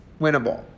winnable